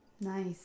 Nice